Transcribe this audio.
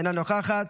אינה נוכחת,